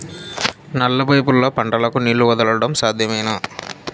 నల్ల పైపుల్లో పంటలకు నీళ్లు వదలడం సాధ్యమేనా?